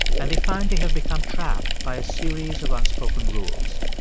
and they find they have become trapped by a series of unspoken rules.